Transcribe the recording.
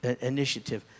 initiative